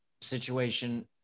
situation